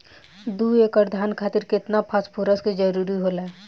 दु एकड़ धान खातिर केतना फास्फोरस के जरूरी होला?